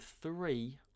three